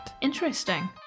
Interesting